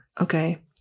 okay